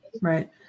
right